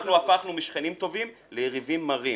אנחנו הפכנו משכנים טובים ליריבים מרים,